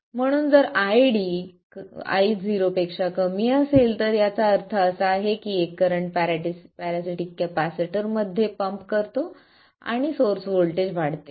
म्हणून जर ID Io असेल तर याचा अर्थ असा आहे की एक करंट पॅरासिटीक कॅपेसिटर मध्ये पंप करतो आणि सोर्स व्होल्टेज वाढते